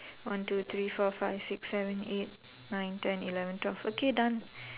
one two three four five six seven eight nine ten eleven twelve okay done